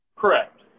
Correct